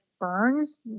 burns